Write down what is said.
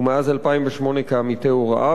ומאז 2008 כעמיתי הוראה,